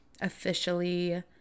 officially